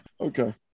okay